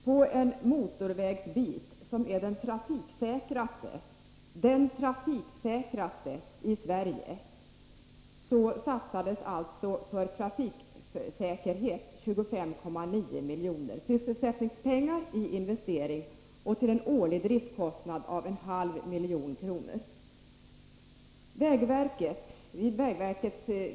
På en motorvägsbit som är den trafiksäkraste i Sverige har man alltså satsat 25,9 miljoner av sysselsättningspengar på trafiksäkerheten att användas för investering — och till en årlig driftkostnad uppgående till 0,5 milj.kr.